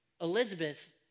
Elizabeth